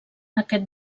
aquest